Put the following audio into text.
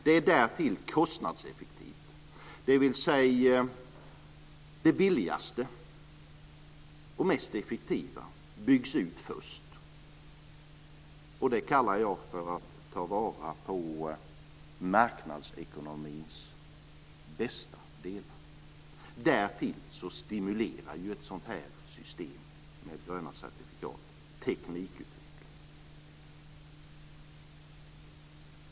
Det är därtill kostnadseffektivt, dvs. det billigaste och mest effektiva byggs ut först. Det kallar jag för att ta vara på marknadsekonomins bästa delar. Därtill stimulerar ett sådant här system med gröna certifikat teknikutveckling.